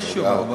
יש תשובה.